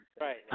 Right